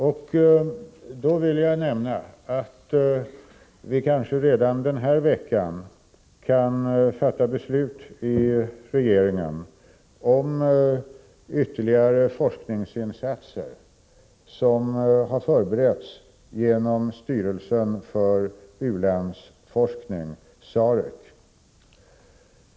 Jag vill nämna att vi kanske redan den här veckan kan fatta beslut i regeringen om ytterligare forskningsinsatser, som har förberetts genom styrelsen för u-landsforskning SAREC.